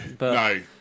no